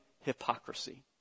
hypocrisy